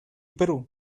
perú